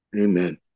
Amen